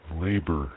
Labor